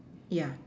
yeah